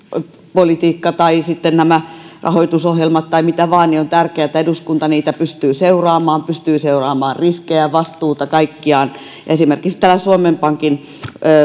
politiikka tai sitten nämä rahoitusohjelmat tai mitä vain eduskunta pystyy seuraamaan pystyy seuraamaan riskejä vastuuta kaikkiaan esimerkiksi suomen pankin